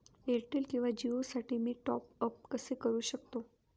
Airtel किंवा जिओसाठी मी टॉप ॲप कसे करु शकतो?